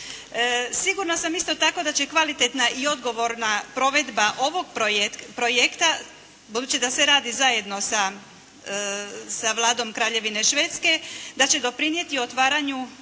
Sigurna sam isto tako da će kvalitetna i odgovorna provedba ovog projekta budući da se radi zajedno sa Vladom Kraljevine Švedske, da će doprinijeti otvaranju